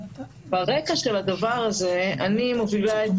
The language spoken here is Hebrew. ברקע של הדבר הזה, אני מובילה את